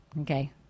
Okay